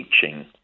teaching